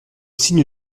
signe